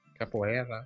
Capoeira